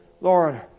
Lord